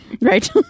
right